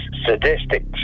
sadistic